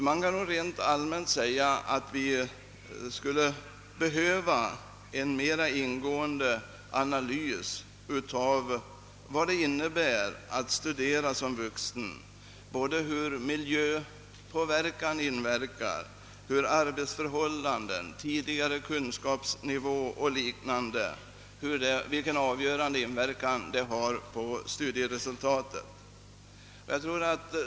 Man bör nog rent allmänt säga, att vi behöver en mera ingående analys av vad det innebär att studera som vuxen — vilken avgörande inverkan på studieresultatet som miljön, tidigare arbetsförhållanden, kunskapsnivån och liknande faktorer har.